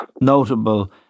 notable